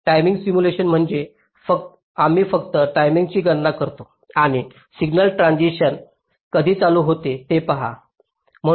timing simulation म्हणजे आम्ही फक्त टाईमची गणना करतो आणि सिग्नल ट्रांझिशन कधी चालू होते ते पहा